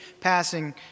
passing